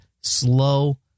slow